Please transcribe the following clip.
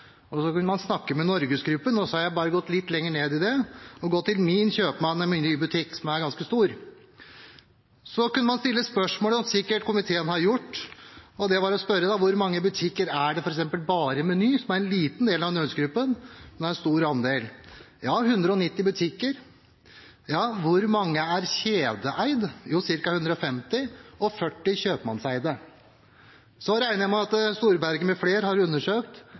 stor. Så kunne man spørre – som komiteen sikkert har gjort – f.eks.: Hvor mange butikker er bare Meny, som er en liten del av NorgesGruppen, men som har en stor andel? Det er 190 butikker. Hvor mange er kjedeeide? Cirka 150 er kjedeeide, og det er 40 kjøpmannseide. Så regner jeg med at Storberget m.fl. har undersøkt